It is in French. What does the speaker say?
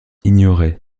ignorait